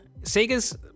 Sega's